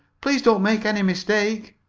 please don't make any mistake.